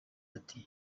ati